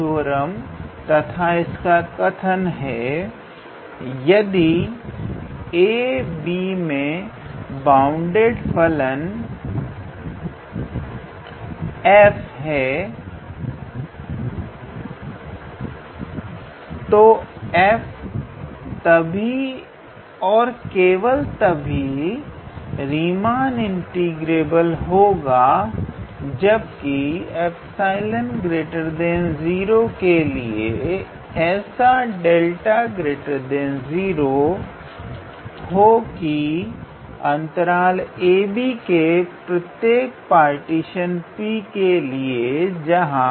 theorem तथा किसका कथन है यदि अंतराल ab में बाउंडेड फलन f है तो फलन f तभी और केवल तभी रीमान इंटीग्रेबिल होगा जबकि प्रत्येक 𝜖 0 के लिए ऐसा कोई 𝛿 0 हो की ab के प्रत्येक ऐसे पार्टीशन P के लिए जहां